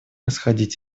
исходить